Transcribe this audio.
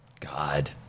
God